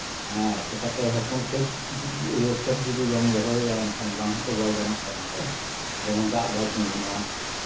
ᱦᱮᱸ ᱪᱤᱠᱟᱹᱛᱮ ᱦᱚᱯᱚᱱ ᱠᱷᱮᱛ ᱤᱭᱟᱹ ᱠᱷᱮᱛ ᱡᱩᱫᱤ ᱵᱟᱢ ᱫᱚᱦᱚᱭᱟ ᱮᱱᱠᱷᱟᱱ ᱵᱟᱝ ᱦᱚᱛᱚ ᱵᱟᱭ ᱜᱟᱱᱚᱜ ᱠᱟᱱᱟ ᱥᱮ ᱡᱮᱢᱚᱱ ᱫᱟᱜ ᱵᱟᱭ ᱛᱤᱸᱜᱩᱱᱟ